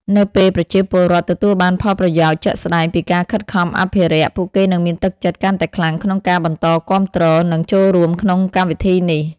នៅពេលប្រជាពលរដ្ឋទទួលបានផលប្រយោជន៍ជាក់ស្ដែងពីការខិតខំអភិរក្ស ពួកគេនឹងមានទឹកចិត្តកាន់តែខ្លាំងក្នុងការបន្តគាំទ្រ និងចូលរួមក្នុងកម្មវិធីនេះ។